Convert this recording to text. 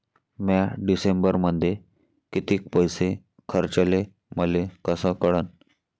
म्या डिसेंबरमध्ये कितीक पैसे खर्चले मले कस कळन?